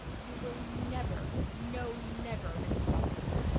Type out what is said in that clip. you will never, no, never, mrs. dr. dear,